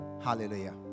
hallelujah